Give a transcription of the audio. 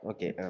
Okay